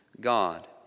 God